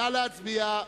נא להצביע.